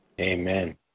Amen